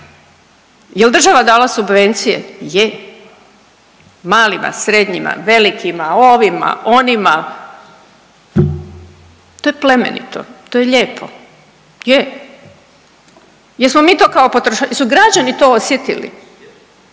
Jel država dala subvencije? Je, malima, srednjima, velikima, ovima, onima, to je plemenito, to je lijepo, je. Jesmo mi to kao potroša…, jesu građani to osjetili?